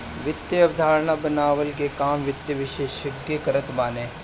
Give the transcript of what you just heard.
वित्तीय अवधारणा बनवला के काम वित्त विशेषज्ञ करत बाने